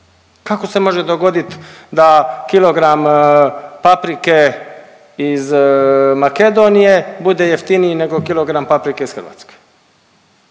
Kako se može dogoditi da kilogram paprike iz Makedonije bude jeftiniji nego kilogram paprike iz Hrvatske?